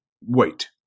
wait